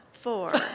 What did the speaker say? four